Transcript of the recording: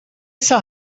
saw